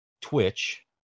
Twitch